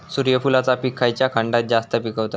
सूर्यफूलाचा पीक खयच्या खंडात जास्त पिकवतत?